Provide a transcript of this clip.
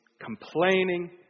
complaining